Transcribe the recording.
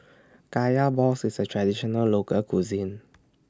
Kaya Balls IS A Traditional Local Cuisine